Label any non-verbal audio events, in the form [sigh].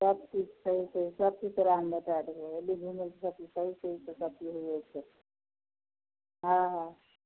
सबचीज छै सबचीज तोहरा हम बतै देबौ अएबही घुमै ले [unintelligible] हँ हँ